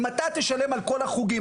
אם אתה תשלם על כל החוגים,